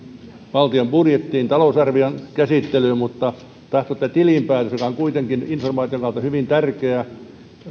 valtion budjettiin talousarvion käsittelyyn mutta tämä tilinpäätös joka on kuitenkin informaation kannalta hyvin tärkeä ja jota on